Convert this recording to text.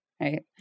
right